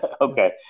Okay